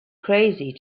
crazy